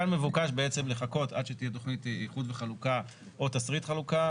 כאן מבוקש בעצם לחכות עד שתהיה תכנית איחוד וחלוקה או תשריט חלוקה,